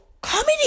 Comedy